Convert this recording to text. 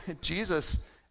Jesus